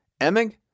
Emig